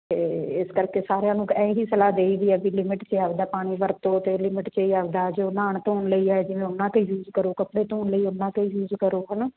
ਅਤੇ ਇਸ ਕਰਕੇ ਸਾਰਿਆਂ ਨੂੰ ਇਹ ਹੀ ਸਲਾਹ ਦੇਈ ਦੀ ਆ ਵੀ ਲਿਮਿਟ 'ਚ ਆਪਣਾ ਪਾਣੀ ਵਰਤੋ ਅਤੇ ਲਿਮਿਟ 'ਚ ਹੀ ਆਪਣੇ ਜੋ ਨਹਾਉਣ ਧੋਣ ਲਈ ਹੈ ਜਿਵੇਂ ਉਹਨਾਂ 'ਤੇ ਯੂਜ ਕਰੋ ਕੱਪੜੇ ਧੋਣ ਲਈ ਉਨ੍ਹਾਂ 'ਤੇ ਹੀ ਯੂਜ ਕਰੋ ਹੈ ਨਾ